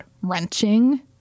wrenching